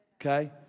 Okay